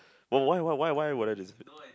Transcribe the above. !wah! why why why why would I